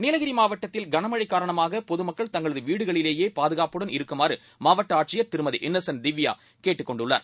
நீலகிரிமாவட்டத்தில்கனமழைகாரணமாகபொதுமக்க ள்தங்களதுவீடுகளிலேயேபாதுகாப்புடன்இருக்குமாறுமாவ ட்டஆட்சியர்திருமதிஇன்னோசன்ட்திவ்யாகேட்டுக்கொண் டுள்ளார்